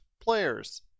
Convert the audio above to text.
players